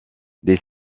des